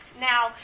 Now